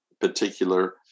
particular